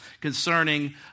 concerning